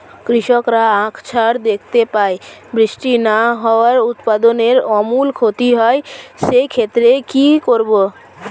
কৃষকরা আকছার দেখতে পায় বৃষ্টি না হওয়ায় উৎপাদনের আমূল ক্ষতি হয়, সে ক্ষেত্রে কি করব?